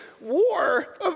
War